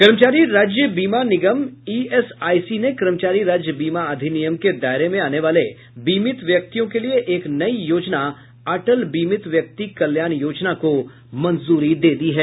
कर्मचारी राज्य बीमा निगम ईएसआईसी ने कर्मचारी राज्य बीमा अधिनियम के दायरे में आने वाले बीमित व्यक्तियों के लिए एक नई योजना अटल बीमित व्यक्ति कल्याण योजना को मंजूरी दे दी है